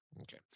Okay